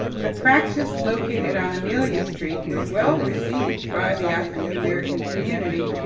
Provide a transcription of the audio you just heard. the practice located on amelia street was well received by the african american community,